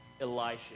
Elisha